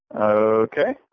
Okay